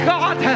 God